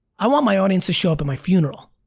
i want my audience to show up at my funeral.